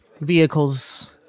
vehicles